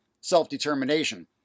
self-determination